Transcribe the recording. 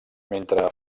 mentre